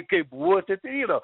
kaip buvo taip ir yra